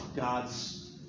God's